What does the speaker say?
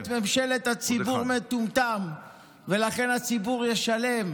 "ממשלת הציבור מטומטם ולכן הציבור ישלם",